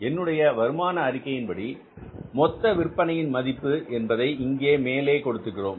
என்னுடைய வருமான அறிக்கையின் படி மொத்த விற்பனையின் மதிப்பு என்பதை இங்கே மேலே கொடுத்திருக்கிறோம்